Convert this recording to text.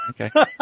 Okay